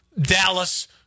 Dallas